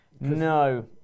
No